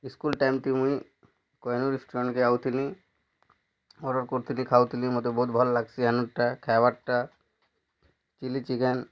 school ଟାଇମ୍ଟି ମୁଇଁ ଆଉଥିନି ମୋର କରୁଥିଲି ଖାଉଥିଲି ମୋତେ ବହୁତ ଭଲ ଲାଗ୍ସି ହେନଟା ଖାଇବାର୍ଟା ଚିଲ୍ଲୀ ଚିକେନ୍